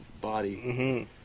body